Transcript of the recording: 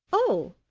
oh,